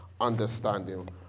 understanding